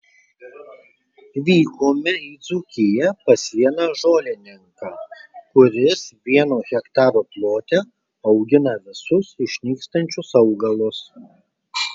vykome į dzūkiją pas vieną žolininką kuris vieno hektaro plote augina visus išnykstančius augalus